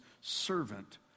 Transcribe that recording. servant